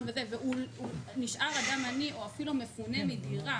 וכולי והוא נשאר אדם עני או אפילו מפונה מדירה,